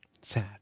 Sad